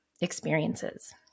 experiences